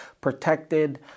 protected